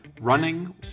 running